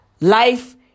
Life